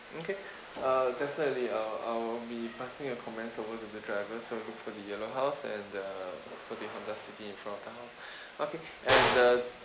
okay uh definitely uh I will be passing a comment or words for the driver to look for the yellow house and the for the honda city in front of the house okay and the